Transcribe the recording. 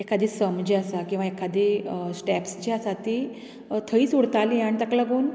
एकादें सम जें आसा किंवां एखादें स्टेप्स जे आसा ती थंयच उरतालीं आनी ताका लागून